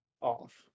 off